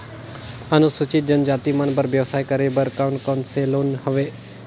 अनुसूचित जनजाति मन बर व्यवसाय करे बर कौन कौन से लोन हवे?